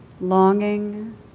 longing